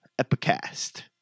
Epicast